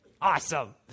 awesome